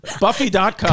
buffy.com